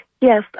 Yes